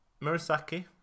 Murasaki